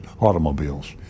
automobiles